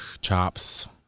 chops